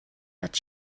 but